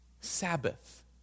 Sabbath